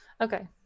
Okay